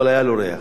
אבל היה לו ריח.